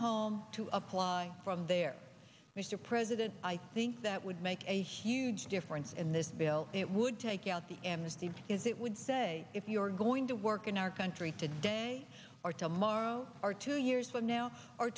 home to apply from there mr president i think that would make a huge difference in this bill it would take out the amnesty because it would say if you're going to work in our country today or tomorrow or two years from now or